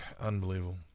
unbelievable